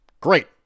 great